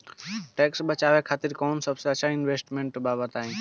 Tax बचावे खातिर कऊन सबसे अच्छा इन्वेस्टमेंट बा बताई?